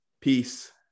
peace